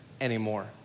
anymore